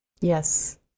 Yes